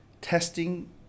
testing